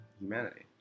humanity